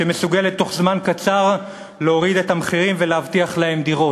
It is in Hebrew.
שמסוגלת בתוך זמן קצר להוריד את המחירים ולהבטיח להם דירות.